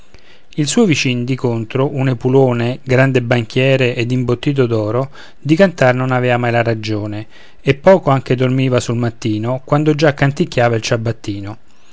il suo vicin di contro un epulone grande banchiere ed imbottito d'oro di cantar non avea mai la ragione e poco anche dormiva sul mattino quando già canticchiava il ciabattino